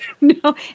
No